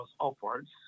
upwards